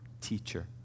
teacher